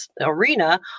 arena